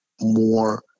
more